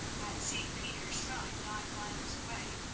at st. peter's shrine, nine miles away,